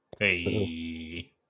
Hey